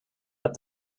that